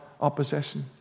opposition